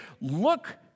look